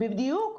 בדיוק.